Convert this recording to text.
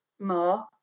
more